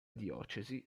diocesi